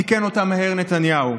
תיקן אותם מהר נתניהו,